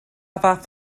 fath